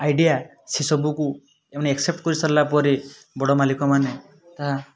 idea ସେ ସବୁକୁ ଏମାନେ ଆକ୍ସେପ୍ଟ କରିସାରିଲା ପରେ ବଡ଼ ମାଲିକମାନେ ତାହା